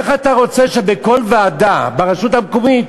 איך אתה רוצה שבכל ועדה ברשות המקומית,